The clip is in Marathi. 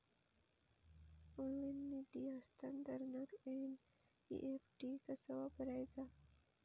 ऑनलाइन निधी हस्तांतरणाक एन.ई.एफ.टी कसा वापरायचा?